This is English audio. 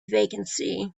vacancy